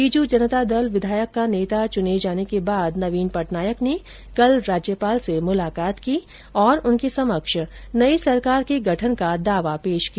बीजू जनता दल विधायक का नेता चुने जाने के बाद नवीन पटनायक ने कल राज्यपाल से मुलाकात की और उनके समक्ष नई सरकार के गठन का दावा पेश किया